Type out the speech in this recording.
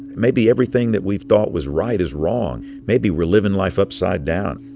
maybe everything that we've thought was right is wrong. maybe we're living life upside down.